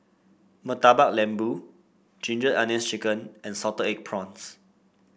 Murtabak Lembu Ginger Onions chicken and Salted Egg Prawns